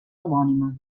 homònima